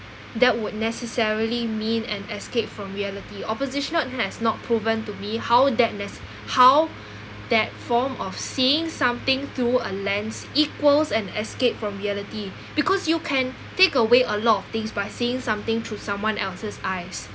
that would necessarily mean an escape from reality opposition has not proven to me how that nes~ how that form of seeing something through a lens equals an escape from reality because you can take away a lot of things by seeing something through someone else's eyes